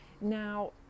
Now